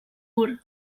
өөр